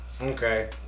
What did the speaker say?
Okay